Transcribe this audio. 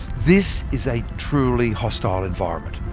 this is a truly hostile environment.